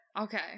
Okay